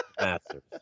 masters